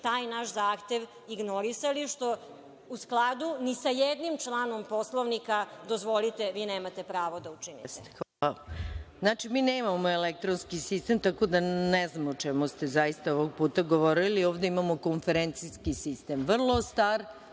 taj naš zahtev ignorisali, što u skladu ni sa jednim članom Poslovnika, dozvolite, vi nemate pravo da učinite. **Maja Gojković** Jeste. Hvala. Znači, mi nemamo elektronski sistem, tako da ne znam o čemu ste zaista ovog puta govorili. Ovde imamo konferencijski sistem, vrlo star,